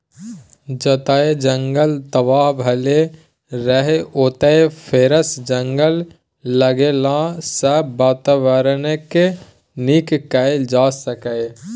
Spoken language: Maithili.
जतय जंगल तबाह भेल रहय ओतय फेरसँ जंगल लगेलाँ सँ बाताबरणकेँ नीक कएल जा सकैए